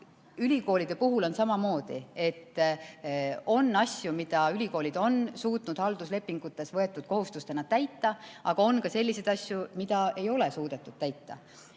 ülikoolide puhul on samamoodi, et on asju, mida ülikoolid on suutnud halduslepingutes võetud kohustustena täita, aga on ka selliseid asju, mida ei ole suudetud täita.